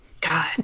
God